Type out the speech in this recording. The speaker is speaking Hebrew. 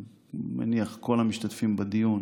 אני מניח שכל המשתתפים בדיון,